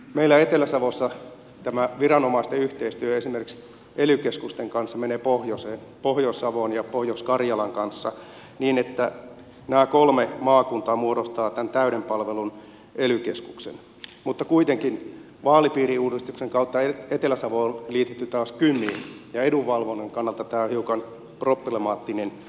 meillä etelä savossa tämä viranomaisten yhteistyö esimerkiksi ely keskusten kanssa menee pohjois savon ja pohjois karjalan kanssa niin että nämä kolme maakuntaa muodostavat tämän täyden palvelun ely keskuksen mutta kuitenkin vaalipiiriuudistuksen kautta etelä savo on taas liitetty kymiin ja edunvalvonnan kannalta tämä on hiukan problemaattinen tilanne